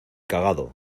cagado